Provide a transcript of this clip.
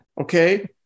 Okay